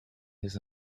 his